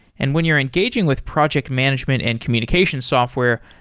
and when you're engaging with project management and communication software,